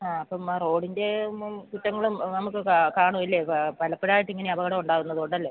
ആ അപ്പം ആ റോഡിൻ്റെ ഒന്നും കുറ്റങ്ങളും നമുക്ക് കാണും ഇല്ലേ പലപ്പഴായിട്ടിങ്ങനെ അപകടം ഉണ്ടാകുന്നത് അതുകൊണ്ടല്ലേ